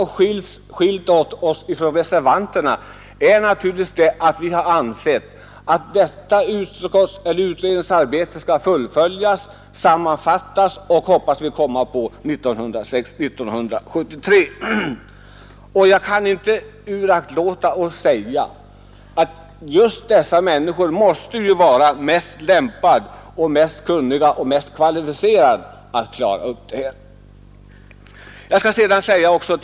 Vad som skiljer oss från reservanterna är att vi anser att detta utredningsarbete skall fullföljas, sammanfattas och — hoppas vi — redovisas för 1973 års riksdag. Jag kan inte uraktlåta att säga att just ledamöterna i utredningen måste vara mest kvalificerade och lämpade att klara denna uppgift.